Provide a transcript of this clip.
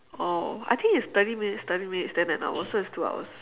oh I think it's thirty minutes thirty minutes than an hour so it's two hours